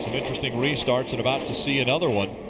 interesting restarts and about to see another one.